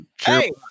hey